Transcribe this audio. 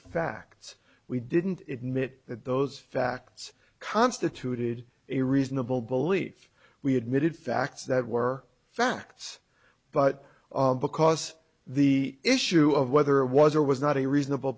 facts we didn't admit that those facts constituted a reasonable belief we admitted facts that were facts but all because the issue of whether it was or was not a reasonable